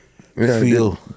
feel